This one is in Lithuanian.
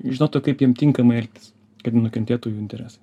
žinotų kaip jiem tinkamai elgtis kad nenukentėtų jų interesai